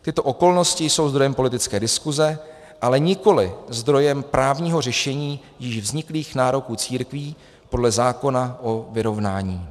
Tyto okolnosti jsou zdrojem politické diskuse, ale nikoli zdrojem právního řešení již vzniklých nároků církví podle zákona o vyrovnání.